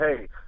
hey